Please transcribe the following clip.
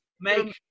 make